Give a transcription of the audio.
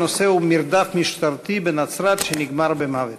הנושא הוא: מרדף משטרתי בנצרת שנגמר במוות.